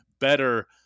Better